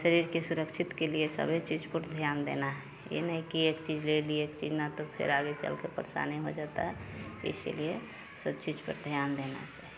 शरीर की सुरक्षा के लिए सभी चीज़ पर ध्यान देना है यह नहीं कि एक चीज़ ले लिए एक चीज़ नहीं तो फिर आगे चल कर परेशानी हो जाता है इसलिए सब चीज़ पर ध्यान देना चाहिए